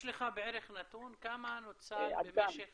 יש לך בערך נתון כמה נוצל במשך